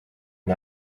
and